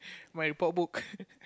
my report book